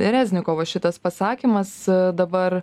reznikovo šitas pasakymas dabar